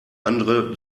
andere